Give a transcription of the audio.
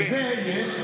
לזה יש,